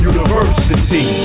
University